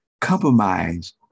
Compromise